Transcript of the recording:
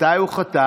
מתי הוא חתם?